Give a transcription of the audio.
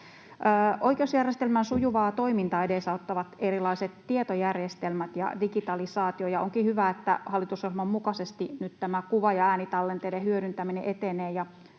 Oikeusjärjestelmän sujuvaa toimintaa edesauttavat erilaiset tietojärjestelmät ja digitalisaatio, ja onkin hyvä, että hallitusohjelman mukaisesti nyt kuva‑ ja äänitallenteiden hyödyntäminen etenee,